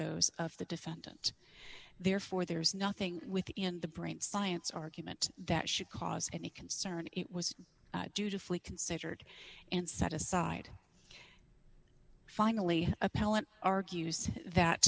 those of the defendant therefore there is nothing within the brain science argument that should cause any concern it was due to fully considered and set aside finally appellant argues that